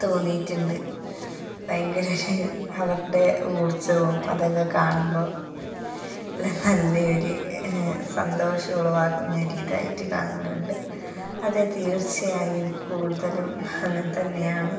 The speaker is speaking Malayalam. തോന്നിയിട്ടുണ്ട് ഭയങ്കര ഒരു അവരുടെ ഊര്ജ്ജവും അതൊക്കെ കാണുമ്പോൾ എല്ലാ നല്ല ഒരു സന്തോഷം ഉളവാക്കുന്ന ഒരു ഇതായിട്ട് കാണലുണ്ട് അത് തീർച്ചയായും കൂടുതലും അങ്ങനെ തന്നെയാണ്